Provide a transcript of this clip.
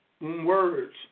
Words